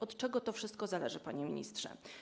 Od czego to wszystko zależy, panie ministrze?